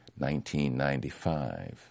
1995